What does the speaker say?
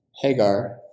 Hagar